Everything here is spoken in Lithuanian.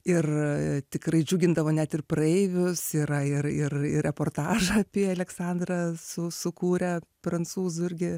ir tikrai džiugindavo net ir praeivius yra ir ir ir reportažą apie aleksandrą su sukūrę prancūzų irgi